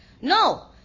No